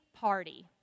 party